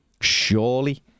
surely